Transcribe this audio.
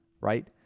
Right